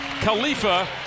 Khalifa